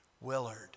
Willard